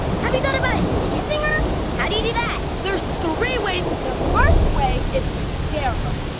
have you thought about enchanting her? how do you do that? there's three ways, the first way is to scare her!